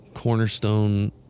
cornerstone